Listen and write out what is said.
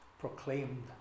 proclaimed